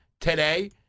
today